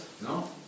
no